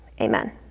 amen